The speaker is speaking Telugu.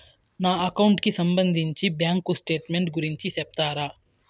నా అకౌంట్ కి సంబంధించి బ్యాంకు స్టేట్మెంట్ గురించి సెప్తారా